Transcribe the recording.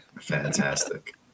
Fantastic